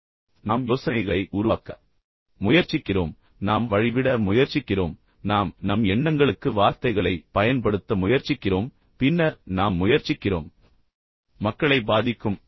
உண்மையில் ஒலிக்கிறது ஆனால் நாம் உற்பத்தி செய்ய முயற்சிக்கிறோம் நாம் யோசனைகளை உருவாக்க முயற்சிக்கிறோம் நாம் நாம் வழிவிட முயற்சிக்கிறோம் நாம் நம் எண்ணங்களுக்கு வார்த்தைகளைப் பயன்படுத்த முயற்சிக்கிறோம் பின்னர் நாம் முயற்சிக்கிறோம் மக்களை பாதிக்கும்